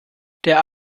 der